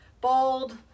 bold